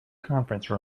conference